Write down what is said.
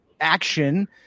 action